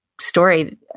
story